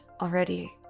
already